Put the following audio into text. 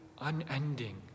unending